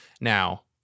Now